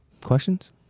Questions